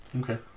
Okay